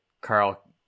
Carl